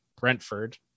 Brentford